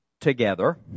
together